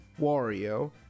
Wario